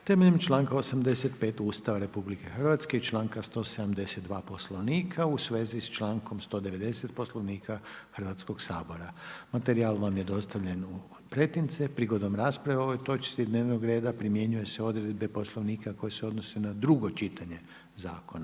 temelju članka 85. Ustava Republike Hrvatske i članka 172. Poslovnika u vezi s člankom 190. Poslovnika Hrvatskoga sabora. Materijal je dostavljen u pretince. Prigodom rasprave o ovoj točki dnevnog reda primjenjuju se odredbe Poslovnika koje se odnose na drugo čitanje zakona.